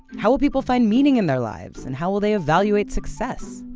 how will people find meaning in their lives, and how will they evaluate success?